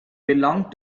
belonged